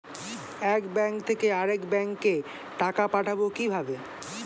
এক ব্যাংক থেকে আরেক ব্যাংকে টাকা পাঠাবো কিভাবে?